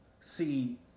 See